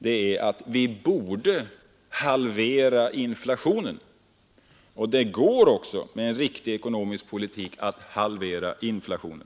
Han framhöll att vi borde halvera inflationen. Det är också möjligt med en riktig ekonomisk politik att halvera inflationen.